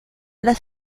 las